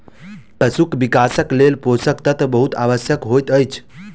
पशुक विकासक लेल पोषक तत्व बहुत आवश्यक होइत अछि